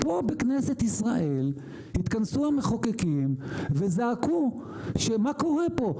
פה בכנסת ישראל התכנסו המחוקקים וזעקו שמה קורה פה?